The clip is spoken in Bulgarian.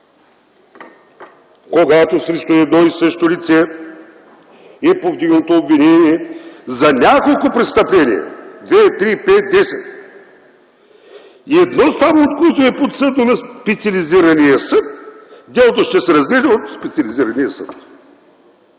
когато срещу едно и също лице е повдигнато обвинение за няколко престъпления – две, три, пет, десет, едно само от които е подсъдно на специализирания съд, делото ще се разгледа от специализирания съд.